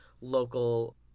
local